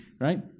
right